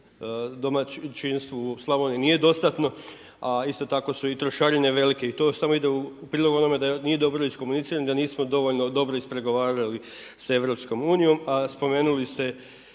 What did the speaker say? domaćinstvu u Slavoniji nije dostatno, a isto tako su i trošarine velike. I to samo ide u prilog onome da nije dobro iskomunicirano i da nismo dovoljno dobro ispregovarali sa EU, a spomenuli ste